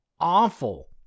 awful